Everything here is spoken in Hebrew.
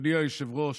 אדוני היושב-ראש,